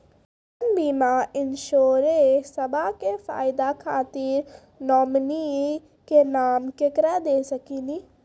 जीवन बीमा इंश्योरेंसबा के फायदा खातिर नोमिनी के नाम केकरा दे सकिनी?